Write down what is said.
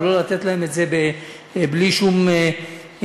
ולא לתת להם את זה בלי שום התניה,